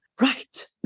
right